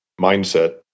mindset